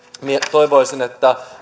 toivoisin että